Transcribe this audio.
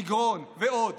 מגרון ועוד,